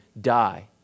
die